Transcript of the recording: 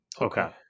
Okay